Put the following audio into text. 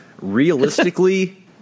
realistically